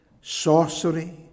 sorcery